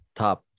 top